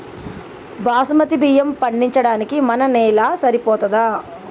బాస్మతి బియ్యం పండించడానికి మన నేల సరిపోతదా?